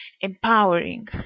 empowering